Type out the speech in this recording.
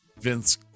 Vince